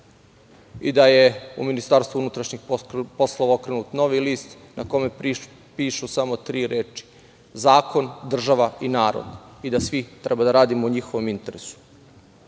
i da je u Ministarstvu unutrašnjih poslova okrenut novi list na kome pišu samo tri reči - zakon, država i narod, i da svi treba da radimo u njihovom interesu. Borba